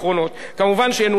אבל בדיבור אתם טובים,